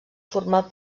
format